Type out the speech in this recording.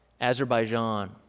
Azerbaijan